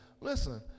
listen